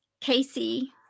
casey